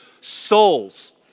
souls